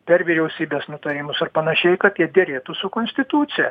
per vyriausybės nutarimus ar panašiai kad jie derėtų su konstitucija